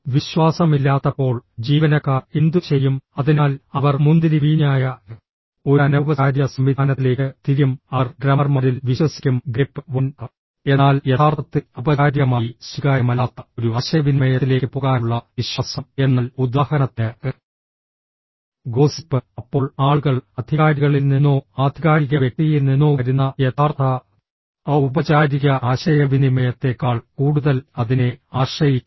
വിശ്വാസമില്ലാത്തപ്പോൾ ജീവനക്കാർ എന്തു ചെയ്യും അതിനാൽ അവർ മുന്തിരി വീഞ്ഞായ ഒരു അനൌപചാരിക സംവിധാനത്തിലേക്ക് തിരിയും അവർ ഡ്രമ്മർമാരിൽ വിശ്വസിക്കും ഗ്രേപ്പ് വൈൻ എന്നാൽ യഥാർത്ഥത്തിൽ ഔപചാരികമായി സ്വീകാര്യമല്ലാത്ത ഒരു ആശയവിനിമയത്തിലേക്ക് പോകാനുള്ള വിശ്വാസം എന്നാൽ ഉദാഹരണത്തിന് ഗോസിപ്പ് അപ്പോൾ ആളുകൾ അധികാരികളിൽ നിന്നോ ആധികാരിക വ്യക്തിയിൽ നിന്നോ വരുന്ന യഥാർത്ഥ ഔപചാരിക ആശയവിനിമയത്തേക്കാൾ കൂടുതൽ അതിനെ ആശ്രയിക്കും